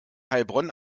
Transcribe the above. heilbronn